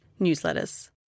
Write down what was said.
newsletters